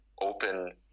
open